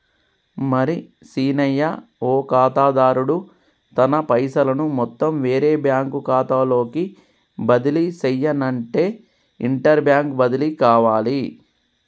మరి సీనయ్య ఓ ఖాతాదారుడు తన పైసలను మొత్తం వేరే బ్యాంకు ఖాతాలోకి బదిలీ సెయ్యనఅంటే ఇంటర్ బ్యాంక్ బదిలి కావాలి